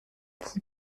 qui